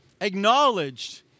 acknowledged